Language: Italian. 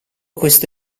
questo